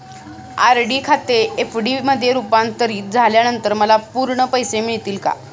RD खाते FD मध्ये रुपांतरित झाल्यानंतर मला पूर्ण पैसे मिळतील का?